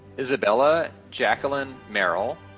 isabella jacqueline merrill,